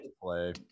play